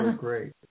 great